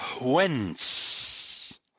Whence